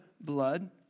blood